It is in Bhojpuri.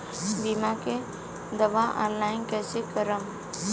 बीमा के दावा ऑनलाइन कैसे करेम?